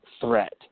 threat